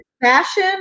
Fashion